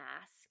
ask